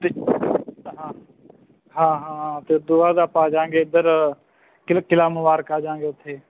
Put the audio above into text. ਹਾਂ ਹਾਂ ਹਾਂ ਅਤੇ ਉਦੋਂ ਬਾਅਦ ਆਪਾਂ ਆ ਜਾਵਾਂਗੇ ਇੱਧਰ ਕਿਲ ਕਿਲ੍ਹਾ ਮੁਬਾਰਕ ਆ ਜਾਵਾਂਗੇ ਉੱਥੇ